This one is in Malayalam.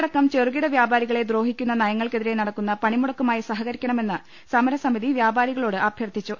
അടക്കം ചെറുകിട വ്യാപാരികളെ ദ്രോഹി ക്കുന്ന നയങ്ങൾക്കെതിരെ നടക്കുന്ന പണിമുടക്കുമായി സഹകരിക്കണമെന്ന് സമരസമിതി വൃാപാരികളോട് അഭ്യർത്ഥിച്ചു